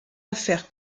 affaires